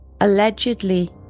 Allegedly